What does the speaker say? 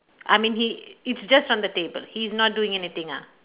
I mean he it's just on the table he is not doing anything ah